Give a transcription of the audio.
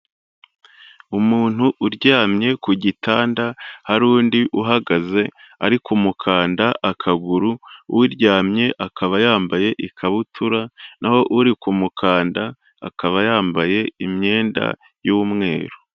Umuntu uryamye ku gitanda, hari undi uhagaze ari mukanda akaguru, uryamye akaba yambaye ikabutura na ho uri kumukanda akaba yambaye imyenda y'umweru.